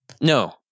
No